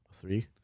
Three